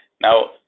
now